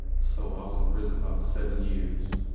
so, i was in prison about seven years,